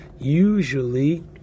usually